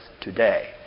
today